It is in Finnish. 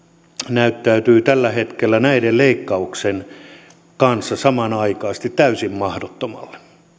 näyttäytyy tällä hetkellä näiden leikkauksien kanssa samanaikaisesti täysin mahdottomalle